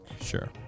Sure